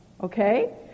Okay